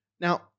now